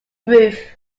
roof